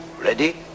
ready